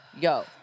Yo